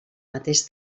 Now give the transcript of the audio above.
mateix